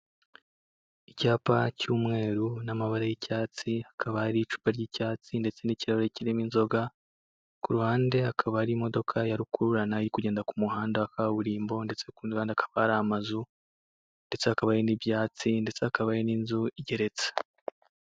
Icyapa cy'umweru n'amabara y'icyatsi hakaba hari icupa ry'icyatsi ndetse n'ikirahure kirimo inzoga, ku ruhande hakaba hari imodoka ya rukururana iri kugenda k'umuhanda wa kaburimbo ndetse k'urundi ruhande hakaba hari amazu ndetse hakaba hari n'ibyatsi ndetse hakaba hari n'inzu igeretse.